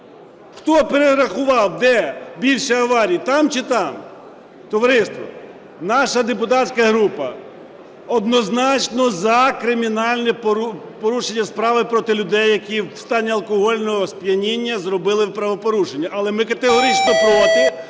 Хто перерахував де більше аварій: там чи там? Товариство, наша депутатська група однозначно за кримінальне порушення справи проти людей, які в стані алкогольного сп'яніння зробили правопорушення, але ми категорично проти,